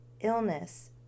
illness